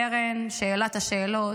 קרן, שאלת השאלות.